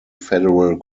federal